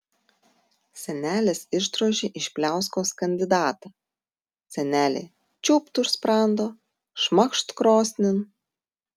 senelis išdrožė iš pliauskos kandidatą senelė čiūpt už sprando šmakšt krosnin